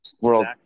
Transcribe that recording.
world